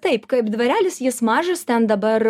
taip kaip dvarelis jis mažas ten dabar